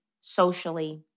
socially